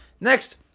Next